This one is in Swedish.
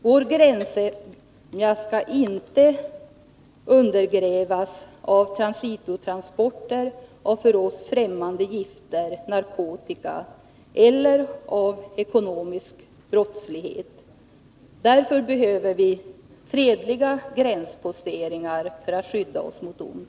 Vår grannsämja skall inte undergrävas av transitotransporter av för oss främmande gifter, narkotika, eller av ekonomisk brottslighet. Därför behöver vi fredliga gränsposteringar för att skydda oss mot ont.